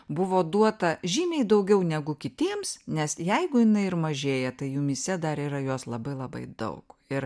buvo duota žymiai daugiau negu kitiems nes jeigu jinai ir mažėja tai jumyse dar yra jos labai labai daug ir